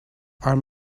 are